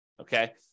okay